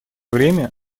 время